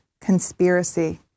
conspiracy